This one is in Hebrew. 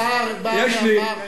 השר בא ואמר,